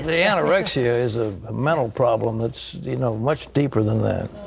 the anorexia is a mental problem that's you know much deeper than that.